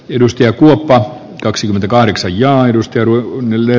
edusti hopea kaksikymmentäkahdeksan ja ennustelu neljä